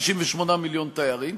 68 מיליון תיירים,